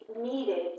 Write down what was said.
needed